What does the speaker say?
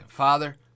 Father